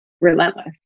relentless